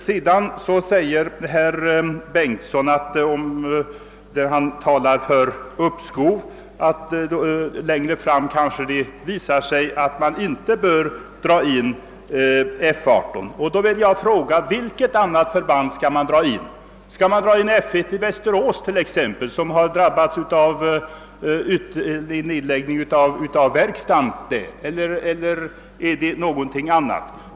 Vidare säger herr Bengtson i Solna, när han talar för uppskov, att det kanske längre fram visar sig att man inte bör dra in F 18. Med anledning därav vill jag fråga: Vilket annat förband skall man dra in? Skall man dra in F1 i Västerås, som drabbas av nedläggning av verkstaden där, eller vill herr Bengtson föreslå någon annan flygflottilj?